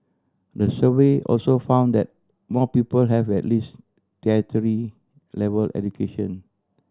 the survey also found that more people have at least tertiary level education